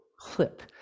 clip